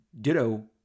ditto